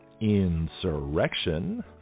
insurrection